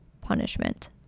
punishment